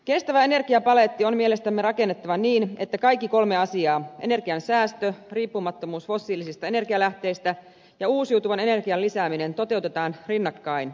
kestävä energiapaletti on mielestämme rakennettava niin että kaikki kolme asiaa energiansäästö riippumattomuus fossiilisista energialähteistä ja uusiutuvan energian lisääminen toteutetaan rinnakkain